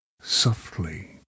softly